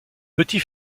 petit